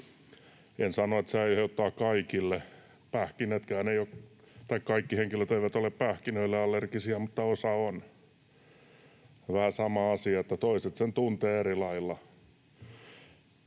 en sano, että se aiheuttaa kaikille. Kaikki henkilöt eivät ole pähkinöillekään allergisia mutta osa on. Se on vähän sama asia, että toiset sen tuntevat eri lailla.